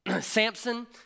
Samson